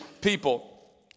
people